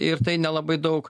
ir tai nelabai daug